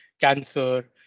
cancer